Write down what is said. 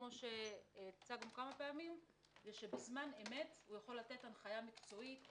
כמו שהצגנו כמה פעמים שבזמן אמת הוא יכול לתת הנחיה מקצועית,